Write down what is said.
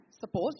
Suppose